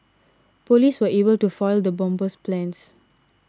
police were able to foil the bomber's plans